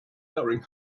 wearing